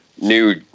new